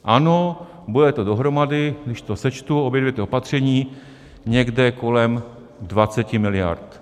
Ano, bude to dohromady, když to sečtu obě dvě ta opatření, někde kolem 20 miliard.